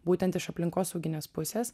būtent iš aplinkosauginės pusės